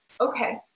Okay